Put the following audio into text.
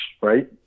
right